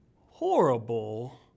horrible